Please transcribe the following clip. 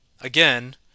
again